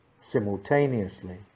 simultaneously